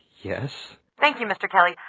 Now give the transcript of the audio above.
yes. thank you mr kelly.